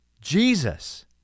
Jesus